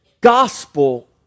gospel